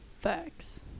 Facts